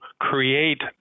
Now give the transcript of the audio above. create